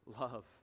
love